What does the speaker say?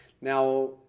now